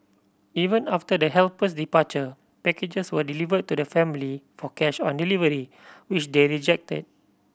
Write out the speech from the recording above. even after the helper's departure packages were delivered to the family for cash on delivery which they rejected